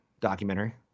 documentary